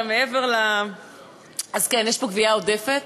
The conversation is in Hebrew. אז יש פה גבייה עודפת